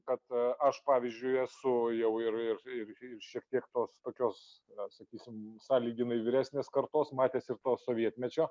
kad aš pavyzdžiui esu jau ir ir ir ir šiek tiek tos tokios na sakysim sąlyginai vyresnės kartos matęs ir to sovietmečio